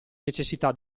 necessità